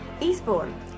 Eastbourne